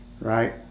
right